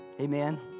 Amen